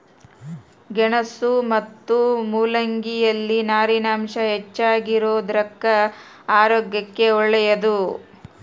ಗೆಣಸು ಮತ್ತು ಮುಲ್ಲಂಗಿ ಯಲ್ಲಿ ನಾರಿನಾಂಶ ಹೆಚ್ಚಿಗಿರೋದುಕ್ಕ ಆರೋಗ್ಯಕ್ಕೆ ಒಳ್ಳೇದು